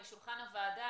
לשולחן הוועדה,